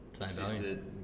Assisted